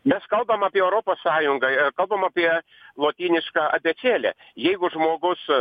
mes kalbam apie europos sąjungą kalbam apie lotynišką abėcėlę jeigu žmogus